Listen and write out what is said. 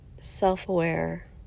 self-aware